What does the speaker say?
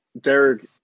Derek